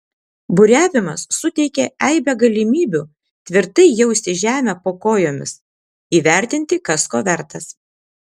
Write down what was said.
buriavimas suteikia eibę galimybių tvirtai jausti žemę po kojomis įvertinti kas ko vertas